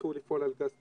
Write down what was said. יתחילו לפעול על גז טבעי.